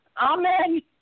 Amen